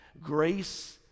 Grace